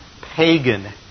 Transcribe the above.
pagan